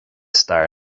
stair